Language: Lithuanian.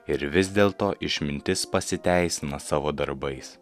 ir vis dėlto išmintis pasiteisina savo darbais